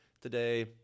today